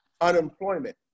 unemployment